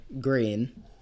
green